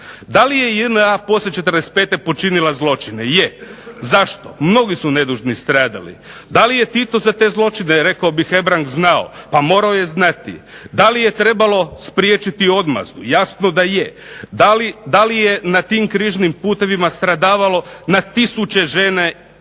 Da li je JNA poslije '45. počinila zločine, je. Zašto, mnogi su nedužni stradali. Da li je Tito za te zločine rekao bi Hebrang znao, pa morao je znati. Da li je trebalo spriječiti odmazdu, jasno da je. Da li je na tim križnim putevima stradavalo na tisuće žena